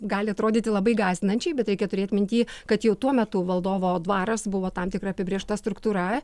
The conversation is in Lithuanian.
gali atrodyti labai gąsdinančiai bet reikia turėt minty kad jau tuo metu valdovo dvaras buvo tam tikra apibrėžta struktūra